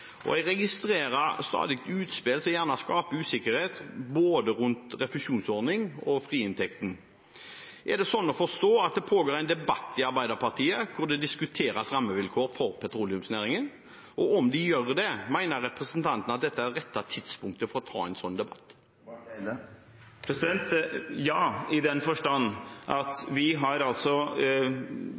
og jeg registrerer stadig utspill som gjerne skaper usikkerhet rundt både refusjonsordningen og friinntekten. Er det slik å forstå at det pågår en debatt i Arbeiderpartiet hvor rammevilkår for petroleumsnæringen diskuteres? Og om det gjør det, mener representanten at dette er det rette tidspunktet for å ta en slik debatt? Ja, i den forstand at vi,